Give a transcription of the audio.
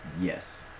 Yes